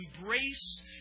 embrace